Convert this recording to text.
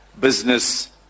business